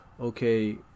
okay